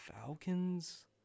Falcons